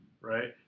Right